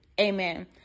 amen